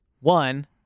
One